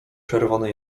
czerwony